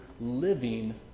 living